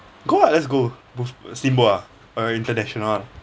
go lah let's go both steamboat ah or international [one]